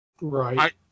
Right